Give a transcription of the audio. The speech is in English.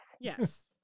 Yes